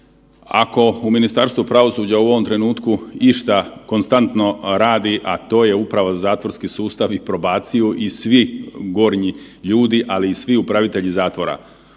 ako u Ministarstvu pravosuđa u ovom trenutku išta konstantno radi, a to je upravo zatvorski sustav i probaciju i svi gornji ljudi, ali i svi upravitelji zatvora.